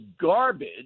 garbage